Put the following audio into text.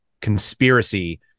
conspiracy